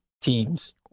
teams